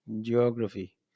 geography